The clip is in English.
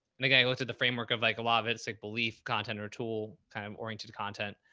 and again, i looked at the framework of like a lot of it's like belief, content, or tool kind of oriented content,